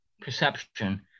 perception